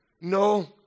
no